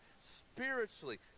spiritually